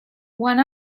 one